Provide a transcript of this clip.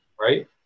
Right